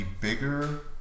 bigger